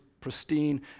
pristine